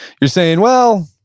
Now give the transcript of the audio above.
you're saying, well,